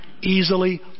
easily